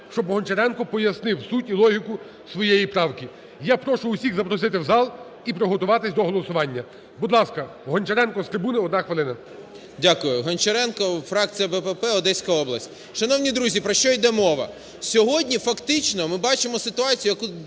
щоб Гончаренко пояснив суть і логіку своєї правки. Я прошу всіх запросити в зал і приготуватися до голосування. Будь ласка, Гончаренко з трибуни одна хвилина. 13:59:23 ГОНЧАРЕНКО О.О. Дякую. Гончаренко, фракція "БПП", Одеська область. Шановні друзі, про що йде мова? Сьогодні фактично ми бачимо ситуацію, як